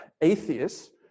atheists